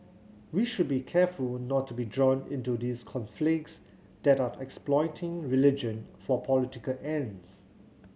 we should be careful not to be drawn into these conflicts that are the exploiting religion for political ends